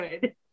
good